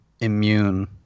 immune